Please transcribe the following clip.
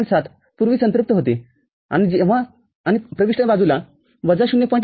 ७ पूर्वी संतृप्त होतेआणि प्रविष्टबाजूला वजा ०